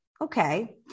okay